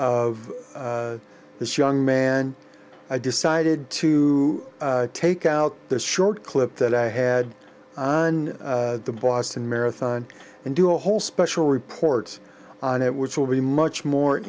of this young man i decided to take out this short clip that i had on the boston marathon and do a whole special report on it which will be much more